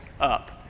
up